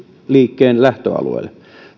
lähtöalueille